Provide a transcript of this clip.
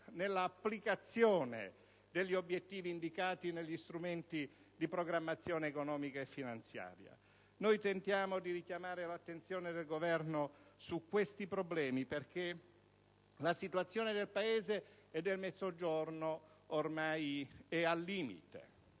nell'applicazione degli obiettivi indicati negli strumenti di programmazione economico-finanziaria. Noi tentiamo di richiamare l'attenzione del Governo su questi problemi perché la situazione del Paese e del Mezzogiorno ormai è al limite.